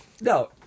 no